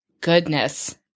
goodness